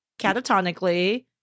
catatonically